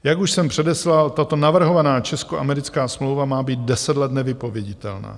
Jak už jsem předeslal, tato navrhovaná českoamerická smlouva má být deset let nevypověditelná.